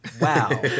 Wow